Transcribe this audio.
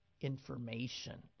information